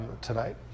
Tonight